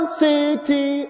city